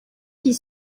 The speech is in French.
fit